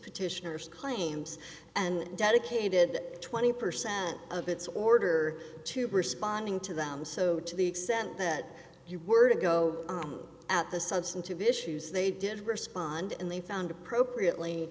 petition claims and dedicated twenty percent of its order to respond ing to them so to the extent that you were to go at the substantive issues they did respond and they found appropriately